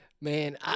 Man